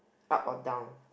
up or down